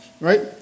Right